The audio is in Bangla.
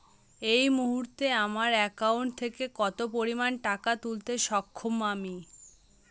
এই মুহূর্তে আমার একাউন্ট থেকে কত পরিমান টাকা তুলতে সক্ষম আমি?